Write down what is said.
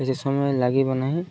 ବେଶୀ ସମୟ ଲାଗିବ ନାହିଁ